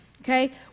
Okay